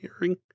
hearing